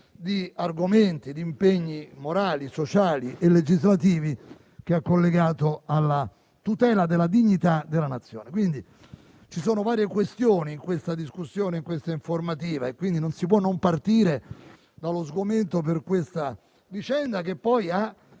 di argomenti e impegni morali, sociali e legislativi che ha collegato alla tutela della dignità della Nazione. Quindi, ci sono varie questioni in questa informativa e non si può non partire dallo sgomento per la vicenda che poi ha